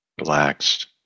Relaxed